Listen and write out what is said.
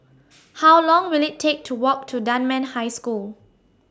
How Long Will IT Take to Walk to Dunman High School